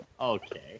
Okay